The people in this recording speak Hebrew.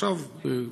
עכשיו,